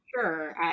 Sure